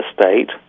state